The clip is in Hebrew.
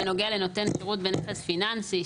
בנוגע לנותן שירות בנכס פיננסי,